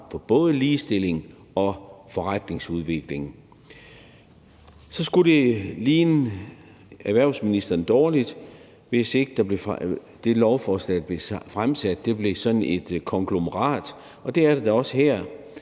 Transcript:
for både ligestilling og forretningsudvikling. Så ville det ligne erhvervsministeren dårligt, hvis ikke et lovforslag, der bliver fremsat, bliver sådan et konglomerat, og det er det da også her.